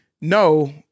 no